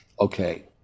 okay